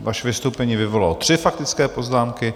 Vaše vystoupení vyvolalo tři faktické poznámky.